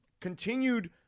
continued